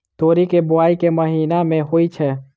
तोरी केँ बोवाई केँ महीना मे होइ छैय?